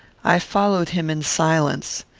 i followed him in silence.